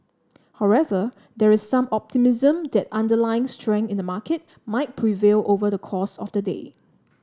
however there is some optimism that underlying strength in the market might prevail over the course of the day